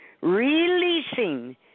releasing